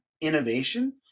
innovation